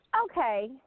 Okay